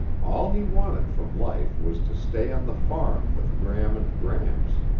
all he wanted from life was to stay on the farm with gram and gramps.